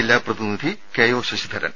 ജില്ലാപ്രതിനിധി K O Sasidharan